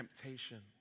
temptation